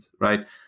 right